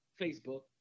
Facebook